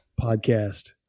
podcast